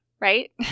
Right